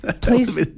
Please